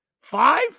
Five